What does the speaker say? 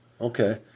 Okay